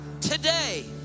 Today